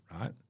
right